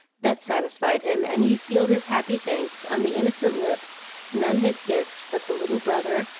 that satisfied him, and he sealed his happy thanks on the innocent lips none had kissed but the little brother,